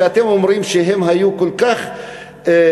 שאתם אומרים שהם היו כל כך חיוביים